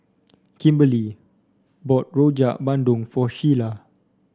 Kimberlie bought Rojak Bandung for Sheila